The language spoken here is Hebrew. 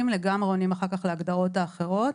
לגמרי עונים אחר כך להגדרות האחרות,